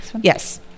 yes